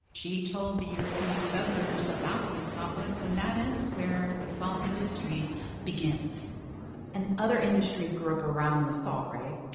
she told the european settlers about these salt licks, and that is where the salt industry begins and other industries grew up around the salt, right?